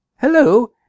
Hello